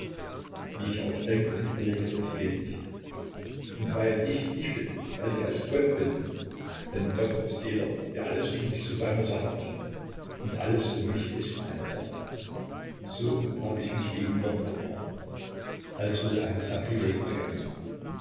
wie ich auch denke und überlege es geht nicht und weil ich ich bin weil ich also gott bin denn gott ist jeder der alles um sich zu seiner sache macht und alles um mich ist meine sache so hab ich mich gegen gott verbrochen also ein sakrileg begangen